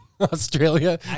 Australia